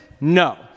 No